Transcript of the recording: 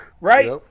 right